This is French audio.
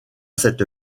cette